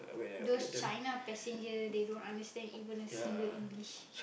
those China passenger they don't understand even a single English